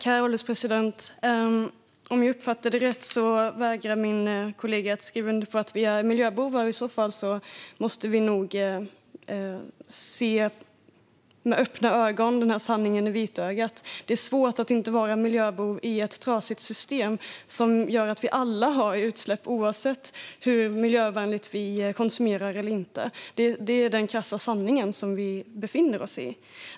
Herr ålderspresident! Om jag uppfattade det rätt vägrar min kollega att skriva under på att vi är miljöbovar. I så fall måste vi nog se sanningen i vitögat. Det är svårt att inte vara miljöbov i ett trasigt system som gör att vi alla har utsläpp, oavsett hur miljövänligt vi konsumerar. Det är den krassa sanningen.